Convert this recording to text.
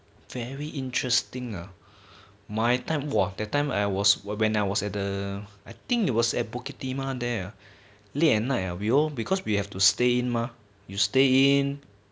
very interesting ah my time !wah! that time I was when I was at the I think it was at bukit timah there ah late at night liao we all because we have to stay in mah you stay in